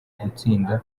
gutsinda